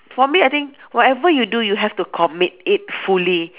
for me I think whatever you do you have to commit it fully